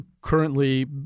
Currently